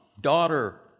daughter